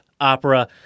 opera